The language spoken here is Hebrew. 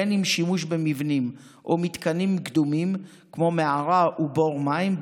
בין אם שימוש במבנים או מתקנים קדומים כמו מערה או בור מים,